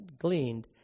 gleaned